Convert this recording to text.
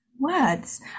Words